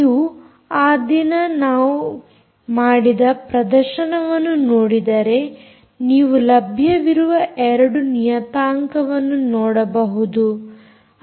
ನೀವು ಆ ದಿನ ನಾವು ಮಾಡಿದ ಪ್ರದರ್ಶನವನ್ನು ನೋಡಿದರೆ ನೀವು ಲಭ್ಯವಿರುವ 2 ನಿಯತಾಂಕವನ್ನು ನೋಡಬಹುದು